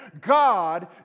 God